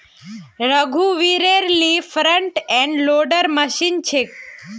रघुवीरेल ली front end loader machine छेक